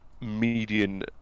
median